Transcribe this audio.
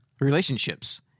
relationships